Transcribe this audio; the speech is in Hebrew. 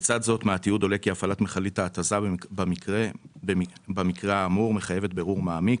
מהתיעוד עולה כי הפעלת מכלית ההתזה במקרה האמור מחייבת בירור מעמיק.